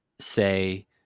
say